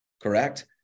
Correct